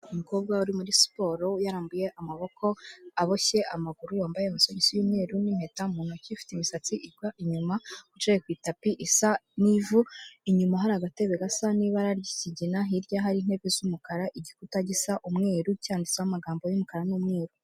Umukobwa uri muri siporo yarambuye amaboko aboshye amaguru wambaye amasogisi y'umweru n'impeta mu ntoki, afite imisatsi igwa inyuma wicaye ku itapi isa n'ivu, inyuma hari agatebe gasa n'ibara ry'ikigina, hirya hari intebe isa umukara igikuta gisa umweru cyanditseho amagambo y'umukara n'umweru.